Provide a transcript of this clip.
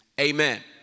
Amen